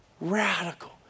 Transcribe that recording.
radical